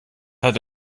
hat